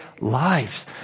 lives